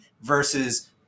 versus